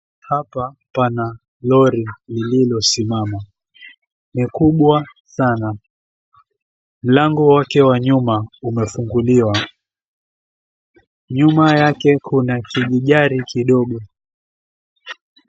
Hapa pana lori lililosimama. Ni kubwa sana. Mlango wake wa nyuma umefunguliwa. Nyuma yake kuna kijigari kidogo.